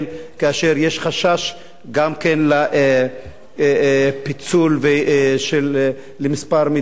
ויש חשש גם לפיצול לכמה מדינות,